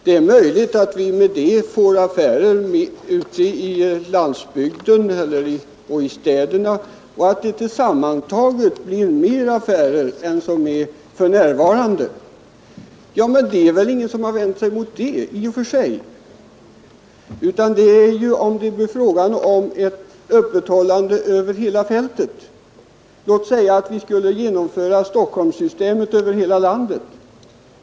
Det är möjligt att vi därmed får affärer som håller öppet längre ute på landsbygden och i städerna och att tillsammantaget fler affärer än för närvarande kommer att göra det. Det är ingen som har vänt sig mot detta i och för sig, utan mot att det kan bli fråga om öppethållande över hela fältet. Låt oss säga att vi skulle införa Stockholmssystemet över hela landet.